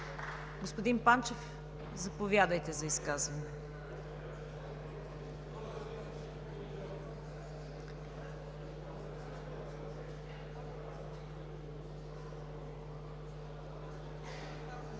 Господин Панчев, заповядайте за изказване.